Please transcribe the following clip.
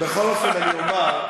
בכל אופן אני אומר,